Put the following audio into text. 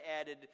added